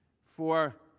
for